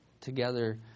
together